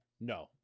No